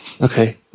Okay